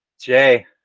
Jay